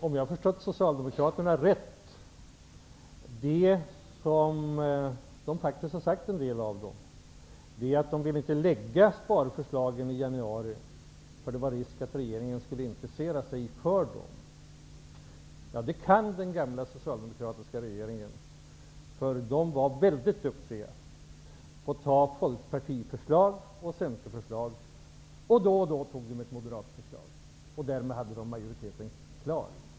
Om jag har förstått Socialdemokraterna rätt, ville de inte lägga fram sparförslagen i januari, eftersom det då var risk för att regeringen skulle intressera sig för dem. En del socialdemokrater har faktiskt sagt så. Den tidigare socialdemokratiska regeringen var väldigt duktig på att anta förslag från Folkpartiet och Centern. Då och då antog de ett förslag från Moderaterna. Därmed hade de majoriteten klar.